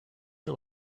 you